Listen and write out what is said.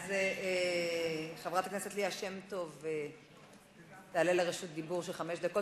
אז חברת הכנסת ליה שמטוב תעלה לרשות דיבור של חמש דקות,